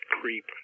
creep